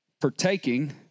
partaking